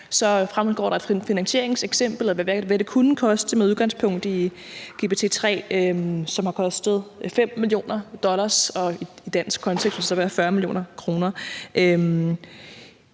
fremgår der et finansieringseksempel på, hvad det kunne koste, med udgangspunkt i GPT 3, som har kostet 5 mio. dollar, og i en dansk kontekst vil det så være 40 mio. kr.